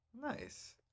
Nice